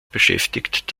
beschäftigt